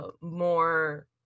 more